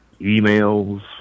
emails